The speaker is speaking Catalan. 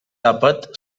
àpat